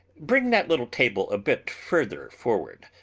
bring that little table a bit further for ward.